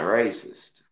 racist